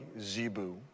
Zebu